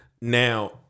Now